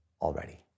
already